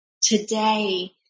today